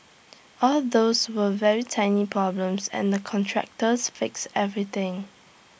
all those were very tiny problems and the contractors fixed everything